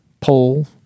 poll